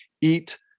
eat